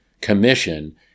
commission